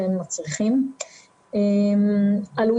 שאינה נתונה להשפעות כאלה או אחרות,